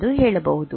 ಎಂದು ಹೇಳಬಹುದು